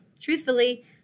Truthfully